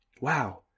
wow